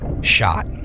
shot